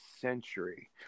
century